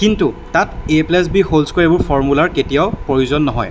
কিন্তু তাত a plus b হ'ল স্কোৱেৰ এইবোৰ ফৰ্মোলাৰ কেতিয়াও প্ৰয়োজন নহয়